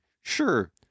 sure